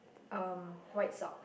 um white sock